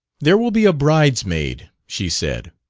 there will be a bride's-maid, she said.